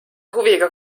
huviga